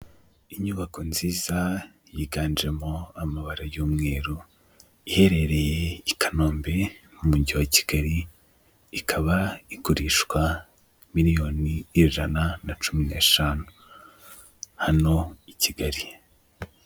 Inyubako nziza yiganjemo amabara y'umweru iherereye i Kanombe mu mujyi wa Kigali, ikaba igurishwa miliyoni ijana na cumi neshanu hano i Kigali.